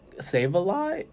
Save-A-Lot